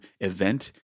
event